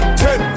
ten